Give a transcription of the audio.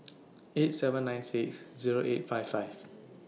eight seven nine six Zero eight five five